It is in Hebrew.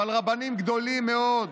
אבל רבנים גדולים מאוד,